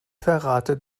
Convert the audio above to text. verrate